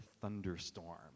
thunderstorm